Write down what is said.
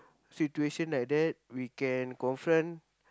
situation like that we can confront